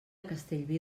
castellví